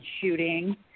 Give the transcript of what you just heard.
shooting